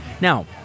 Now